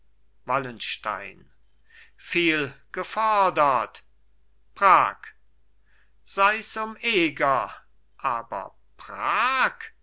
wallenstein viel gefodert prag seis um eger aber prag